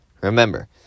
Remember